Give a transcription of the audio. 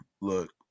look